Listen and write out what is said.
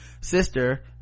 sister